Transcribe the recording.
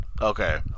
Okay